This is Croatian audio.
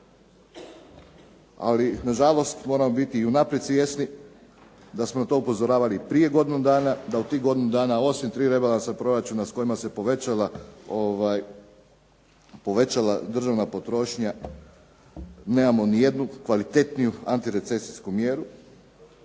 ali nažalost moramo biti i unaprijed svjesni da smo na to upozoravali i prije godinu dana, da u tih godinu dana osim tri rebalansa proračuna s kojima se povećala državna potrošnja. Nemamo nijednu kvalitetniju antirecesijsku mjeru